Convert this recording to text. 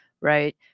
right